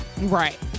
Right